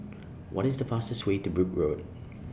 What IS The fastest Way to Brooke Road